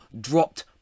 dropped